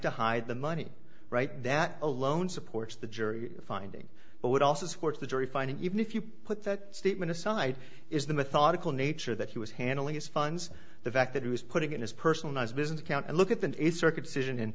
to hide the money right that alone supports the jury finding but would also support the jury finding even if you put that statement aside is the methodical nature that he was handling his funds the fact that he was putting in his personal business account and look at the circumcision